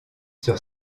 sur